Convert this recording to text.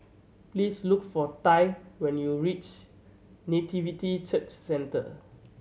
please look for Tai when you reach Nativity Church Centre